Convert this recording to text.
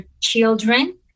children